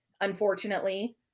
unfortunately